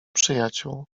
przyjaciół